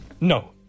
No